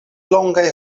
longaj